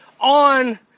on